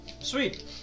Sweet